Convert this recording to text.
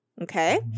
Okay